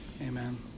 Amen